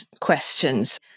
questions